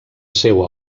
seua